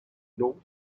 north